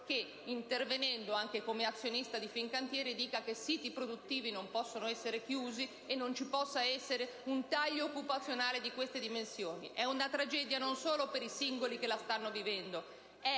che, intervenendo anche come azionista di Fincantieri, affermi che siti produttivi non possono essere chiusi e che non possa esserci un taglio occupazionale di queste dimensioni. È una tragedia non solo per i singoli che la stanno vivendo,